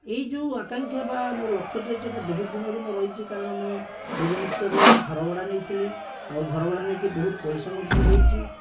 ଏଇ ଯୋଉ ଆକାଂକ୍ଷା ବା ମୋ ଲକ୍ଷ୍ୟ ଟି ଅଛି ହେଟା ବହୁତ ଦିନରୁ ମୋର ରହିଛି କାରଣ ମୁଁ ଭୁବେନେଶ୍ୱର ରେ ଘର ଭଡ଼ା ନେଇଥିଲି ଆଉ ଘର ଭଡ଼ା ନେଇକି ବହୁତ ପଇସା ମଧ୍ୟ ଦେଇଛି